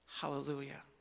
Hallelujah